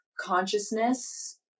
consciousness